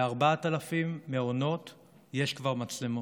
ב-4,000 מעונות יש כבר מצלמות.